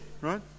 right